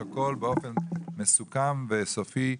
לפרוטוקול באופן מסוכם וסופי,